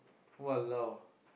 !walao!